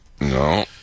No